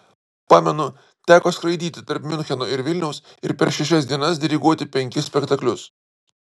pamenu teko skraidyti tarp miuncheno ir vilniaus ir per šešias dienas diriguoti penkis spektaklius